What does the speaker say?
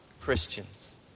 Christians